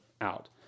out